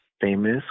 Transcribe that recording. famous